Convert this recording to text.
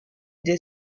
dès